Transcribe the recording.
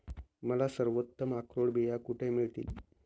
मला सर्वोत्तम अक्रोड बिया कुठे मिळतील